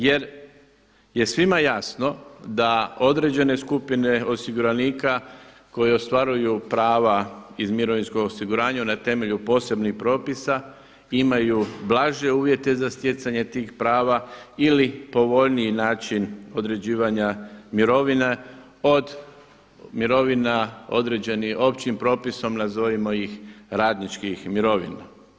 Jer je svima jasno da određene skupine osiguranika koje ostvaruju prava iz mirovinskog osiguranja na temelju posebnih propisa imaju blaže uvjete za stjecanje tih prava ili povoljniji način određivanja mirovina od mirovina određenih općim propisom, nazovimo iz radničkih mirovina.